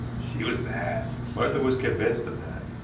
she was mad martha was convinced of that.